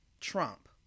Trump